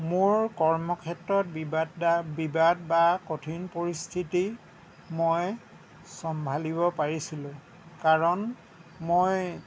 মোৰ কৰ্ম ক্ষেত্ৰত বিবাদা বিবাদ বা কঠিন পৰিস্থিতি মই চম্ভালিব পাৰিছিলোঁ কাৰণ মই